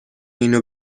اینو